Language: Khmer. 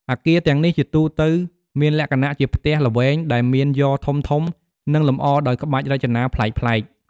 អគារទាំងនេះជាទូទៅមានលក្ខណៈជាផ្ទះល្វែងដែលមានយ៉រធំៗ និងលម្អដោយក្បាច់រចនាប្លែកៗ។